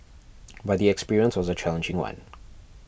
but the experience was a challenging one